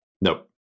Nope